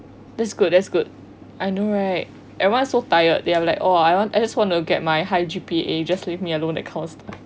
that's good that's good I know right everyone's so tired they are like !wah! I want I just want to get my high G_P_A just leave me alone that kind of stuff